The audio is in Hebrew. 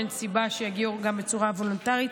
אין סיבה שיגיעו בצורה וולונטרית,